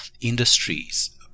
industries